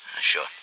Sure